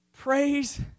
Praise